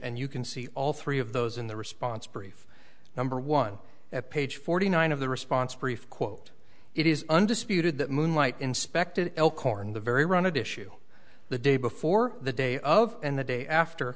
and you can see all three of those in the response brief number one at page forty nine of the response brief quote it is undisputed that moonlight inspected elkhorn the very rounded to shew the day before the day of and the day after